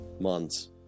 Months